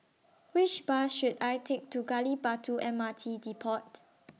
Which Bus should I Take to Gali Batu M R T Depot